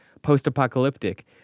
post-apocalyptic